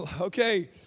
okay